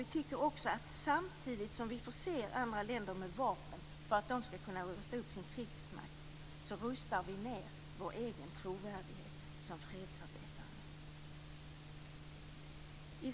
Vi tycker också att samtidigt som vi förser andra länder med vapen för att de skall kunna rusta upp sin krigsmakt rustar vi ned vår egen trovärdighet som fredsarbetare.